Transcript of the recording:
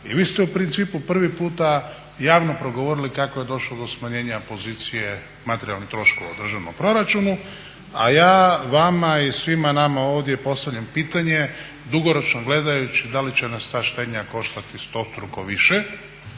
i vi ste u principu prvi puta javno progovorili kako je došlo do smanjenja pozicije materijalnih troškova u državnom proračunu. A ja vama i svima nama ovdje postavljam pitanje, dugoročno gledajući da li će nas ta štednja koštati stostruko više